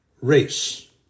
race